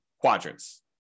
quadrants